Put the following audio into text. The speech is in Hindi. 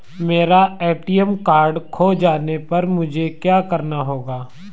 मेरा ए.टी.एम कार्ड खो जाने पर मुझे क्या करना होगा?